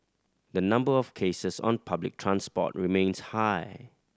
the number of cases on public transport remains high